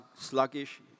sluggish